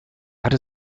hatte